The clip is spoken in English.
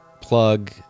plug